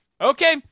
okay